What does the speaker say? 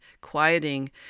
quieting